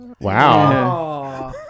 Wow